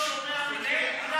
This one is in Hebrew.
הקשר, שאני לא שומע מכם מילה.